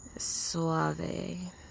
suave